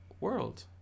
world